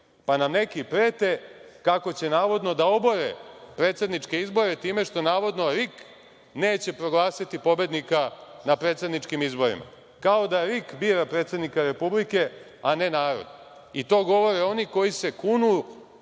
pa nam neki prete kako će navodno da obore predsedničke izbore time što navodno RIK neće proglasiti pobednika na predsedničkim izborima. Kao da RIK bira predsednika Republike, a ne narod. I to govore oni koji se kunu